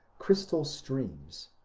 crystal streams,